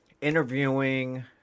interviewing